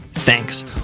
Thanks